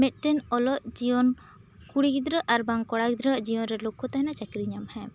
ᱢᱤᱫᱴᱮᱱ ᱚᱞᱚᱜ ᱡᱤᱭᱚᱱ ᱠᱩᱲᱤ ᱜᱤᱫᱽᱨᱟᱹ ᱟᱨ ᱵᱟᱝ ᱠᱚᱲᱟ ᱜᱤᱫᱽᱨᱟᱹᱣᱟᱜ ᱡᱤᱭᱚᱱ ᱨᱮ ᱞᱚᱠᱠᱷᱚ ᱛᱟᱦᱮᱱᱟ ᱪᱟᱹᱠᱨᱤ ᱧᱟᱢ ᱦᱮᱸ